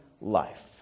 life